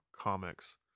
comics